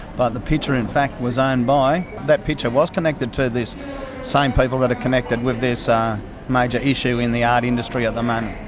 but the picture in fact was owned by. that picture was connected to this same people that are connected with this um major issue in the art industry at the moment.